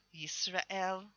Yisrael